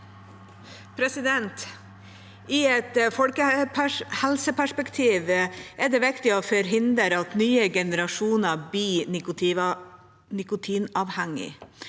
I et folkehelseper- spektiv er det viktig å forhindre at nye generasjoner blir nikotinavhengige,